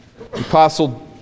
Apostle